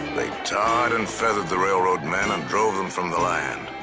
tarred and feathered the railroad men and drove them from the land.